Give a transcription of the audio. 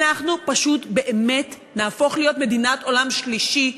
אנחנו פשוט באמת נהפוך להיות מדינת עולם שלישי.